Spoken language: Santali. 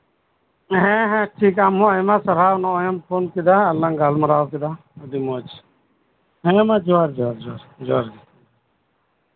ᱦᱮᱸ ᱟᱢᱦᱚᱸ ᱟᱭᱢᱟ ᱥᱟᱨᱦᱟᱣ ᱱᱚᱜ ᱚᱭ ᱮᱢ ᱯᱷᱳᱱᱠᱮᱫᱟ ᱟᱨ ᱞᱟᱝ ᱜᱟᱞᱢᱟᱨᱟᱣ ᱠᱮᱫᱟ ᱟᱹᱰᱤ ᱢᱚᱸᱡ ᱦᱮᱸ ᱡᱚᱦᱟᱨ ᱡᱚᱦᱟᱨ ᱡᱚᱦᱟᱨ ᱡᱚᱦᱟᱨ ᱜᱮ